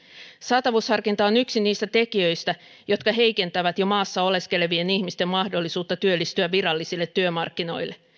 saatavuusharkinta on yksi niistä tekijöistä jotka heikentävät jo maassa oleskelevien ihmisten mahdollisuutta työllistyä virallisille työmarkkinoille